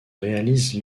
réalise